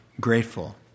grateful